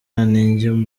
ninjye